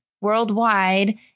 worldwide